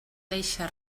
deixa